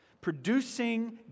Producing